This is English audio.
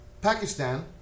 Pakistan